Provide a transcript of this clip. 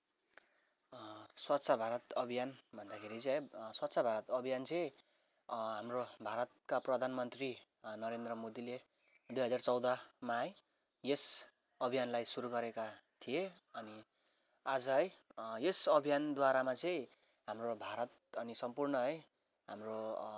स्वच्छ भारत अभियान भन्दाखेरि चाहिँ है स्वच्छ भारत अभियान चाहिँ हाम्रो भारतका प्रधानमन्त्री नरेन्द्र मोदीले दुई हजार चौधमा है यस अभियानलाई सुरु गरेका थिए अनि आज है यस अभियानद्वारामा चाहिँ हाम्रो भारत अनि सम्पूर्ण है हाम्रो